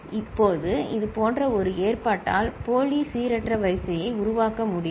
இப்போது இதுபோன்ற ஒரு ஏற்பாட்டால் போலி சீரற்ற வரிசையை உருவாக்க முடியும்